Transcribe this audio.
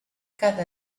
cada